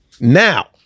now